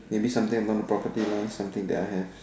maybe something along the property line that something I have